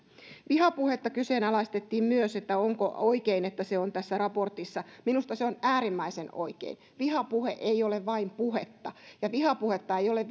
kyseenalaistettiin myös sitä onko oikein että vihapuhetta käsitellään tässä raportissa minusta se on äärimmäisen oikein vihapuhe ei ole vain puhetta ja vihapuhetta ei ole